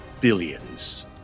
billions